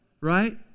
right